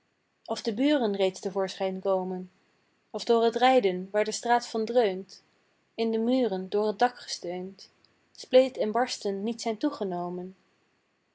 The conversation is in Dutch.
of de buren reeds te voorschijn komen of door t rijden waar de straat van dreunt in de muren door het dak gesteund spleet en barsten niet zijn toegenomen